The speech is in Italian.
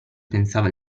pensava